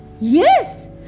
Yes